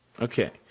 Okay